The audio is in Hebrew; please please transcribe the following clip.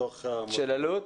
של אלו"ט?